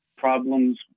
Problems